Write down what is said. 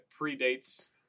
predates